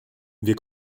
wir